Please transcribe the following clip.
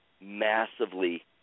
massively